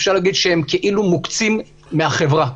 אפשר להגיד שהם כאילו מוקצים מהחברה.